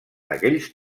aquells